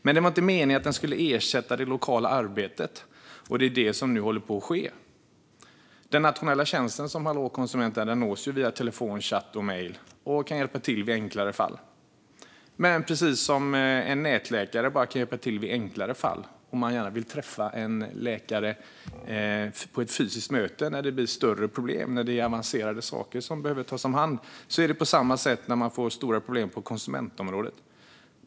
Men det var inte meningen att den tjänsten skulle ersätta det lokala arbetet, och det är det som nu håller på att ske. Den nationella tjänst som Hallå konsument är nås via telefon, chatt och mejl. Hallå konsument kan hjälpa till i enklare fall, precis som en nätläkare bara kan hjälpa till i enklare fall. Man vill gärna träffa en läkare på ett fysiskt möte när det blir större problem och när det är avancerade saker som behöver tas om hand. Det är på samma sätt när man får stora problem på konsumentområdet.